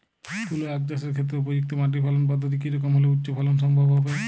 তুলো আঁখ চাষের ক্ষেত্রে উপযুক্ত মাটি ফলন পদ্ধতি কী রকম হলে উচ্চ ফলন সম্ভব হবে?